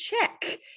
check